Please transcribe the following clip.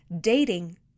Dating